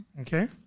Okay